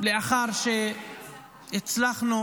לאחר שהצלחנו